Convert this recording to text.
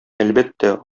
әлбәттә